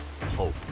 hope